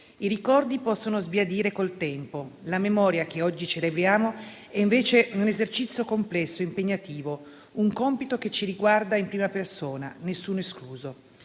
I ricordi possono sbiadire col tempo; la memoria, che oggi celebriamo, è invece un esercizio complesso e impegnativo, un compito che ci riguarda in prima persona, nessuno escluso.